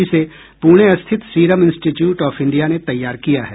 इसे पुणे स्थित serum institute of India ने तैयार किया है